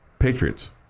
Patriots